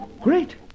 Great